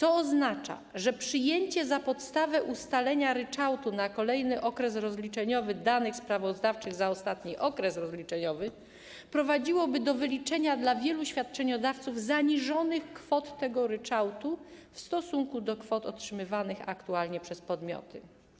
To oznacza, że przyjęcie za podstawę ustalenia ryczałtu na kolejny okres rozliczeniowych danych sprawozdawczych za ostatni okres rozliczeniowych prowadziłoby do wyliczenia dla wielu świadczeniodawców zaniżonych kwot tego ryczałtu w stosunku do kwot otrzymywanych aktualnie przez podmioty.